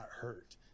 hurt